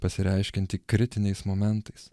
pasireiškianti kritiniais momentais